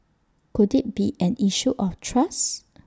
could IT be an issue of trust